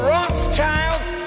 Rothschild's